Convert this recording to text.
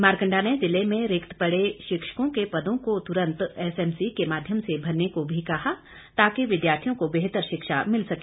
मारकंडा ने जिले में रिक्त पड़े शिक्षकों के पदों को तुरंत एसएमसी के माध्यम से भरने को भी कहा ताकि विद्यार्थियों को बेहतर शिक्षा मिल सके